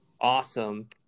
awesome